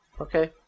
Okay